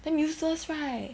damn useless right